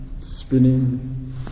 spinning